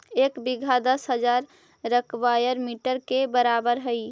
एक बीघा दस हजार स्क्वायर मीटर के बराबर हई